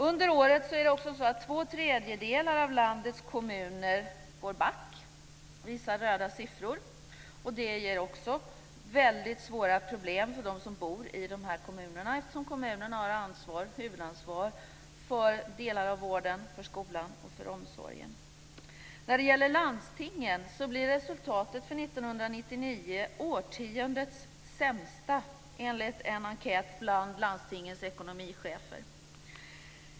Under året är det också så att två tredjedelar av landets kommuner går back, visar röda siffror. Det ger också mycket svåra problem för dem som bor i de här kommunerna, eftersom kommunerna har huvudansvar för delar av vården, för skolan och för omsorgen. När det gäller landstingen blir resultatet för 1999 årtiondets sämsta, enligt en enkät bland landstingens ekonomichefer.